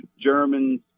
Germans